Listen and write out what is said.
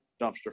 dumpster